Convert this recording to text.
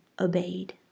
obeyed